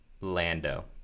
Lando